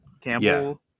Campbell